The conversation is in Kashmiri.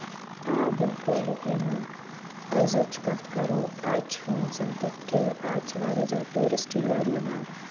آ بِلکُل یقیٖنن أزِچ کَتھ کَرو آز چھِا موسَم تیُتھ کہِ آز چھِ واریاہ زیادٕ ٹوٗرِسٹ یورٕ یِوان